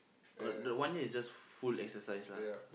uh the one year is just full exercise lah